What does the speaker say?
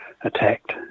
attacked